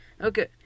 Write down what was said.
Okay